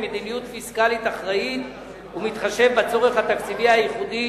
מדיניות פיסקלית אחראית ומתחשב בצורך התקציבי הייחודי